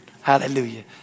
Hallelujah